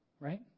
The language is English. right